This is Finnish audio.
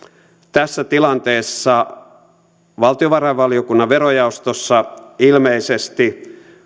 tässä tilanteessa valtiovarainvaliokunnan verojaostossa ilmeisesti